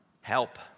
Help